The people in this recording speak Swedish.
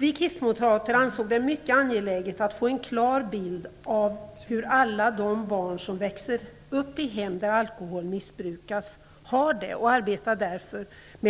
Vi kristdemokrater ansåg det mycket angeläget att få en klar bild av hur alla de barn som växer upp i hem där alkohol missbrukas har det. Vi arbetar för